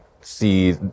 see